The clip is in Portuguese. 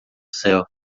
céu